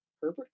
Herbert